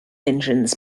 engines